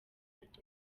nibwo